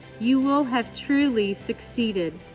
you will have truly succeeded.